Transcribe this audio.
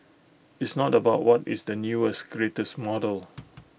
it's not about what is the newest greatest model